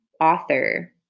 author